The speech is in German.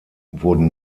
wurden